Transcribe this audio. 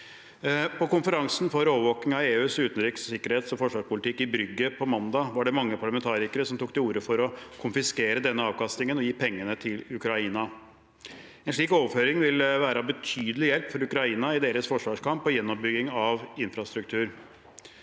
På konferansen for overvåkning av EUs utenriks-, sikkerhets- og forsvarspolitikk i Brugge på mandag var det mange parlamentarikere som tok til orde for å konfiskere denne avkastningen og gi pengene til Ukraina. En slik overføring ville være av betydelig hjelp for Ukraina i deres forsvarskamp og gjenoppbygging av infrastruktur.